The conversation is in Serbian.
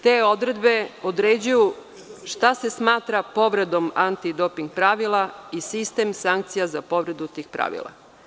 Te odredbe određuju šta se smatra povredom antidoping pravila i sistem sankcija za povredu tih pravila.